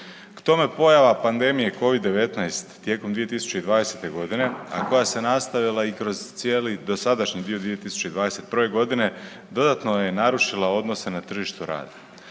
K tome pojava pandemije Covid-19 tijekom 2020.g., a koja se nastavila i kroz cijeli dosadašnji dio 2021.g. dodatno je narušila odnose na tržištu rada.